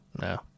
No